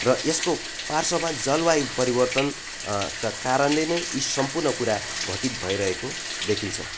र यसको पार्श्र्वमा जलवायु परिवर्तन क कारणले नै यी सम्पूर्ण कुरा घटित भइरहेको देखिन्छ